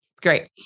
Great